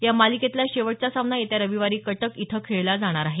या मालिकेतला शेवटचा सामना येत्या रविवारी कटक इथं खेळला जाणार आहे